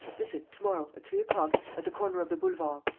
listen, to-morrow, at three o'clock, at the corner of the boulevard.